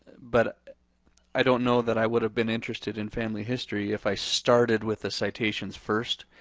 but i don't know that i would have been interested in family history if i started with the citations first.